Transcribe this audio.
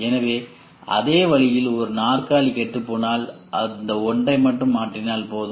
எனவே அதே வழியில் ஒரு நாற்காலி கெட்டுப்போனால் அந்த ஒன்றை மட்டும் மாற்றினால் போதும்